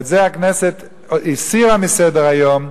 ואת זה הכנסת הסירה מסדר-היום.